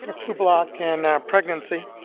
and flublok and pregnancy.